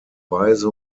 weise